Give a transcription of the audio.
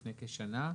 לפני כשנה,